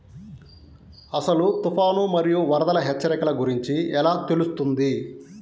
అసలు తుఫాను మరియు వరదల హెచ్చరికల గురించి ఎలా తెలుస్తుంది?